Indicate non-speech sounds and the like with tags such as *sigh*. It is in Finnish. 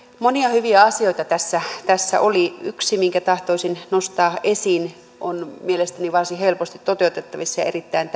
monia hyviä asioita tässä tässä oli yksi minkä tahtoisin nostaa esiin on mielestäni varsin helposti toteutettavissa ja erittäin *unintelligible*